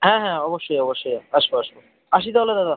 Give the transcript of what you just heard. হ্যাঁ হ্যাঁ অবশ্যই অবশ্যই আসবো আসবো আসি তাহলে দাদা